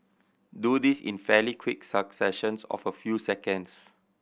do this in fairly quick successions of a few seconds